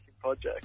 project